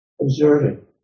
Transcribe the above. observing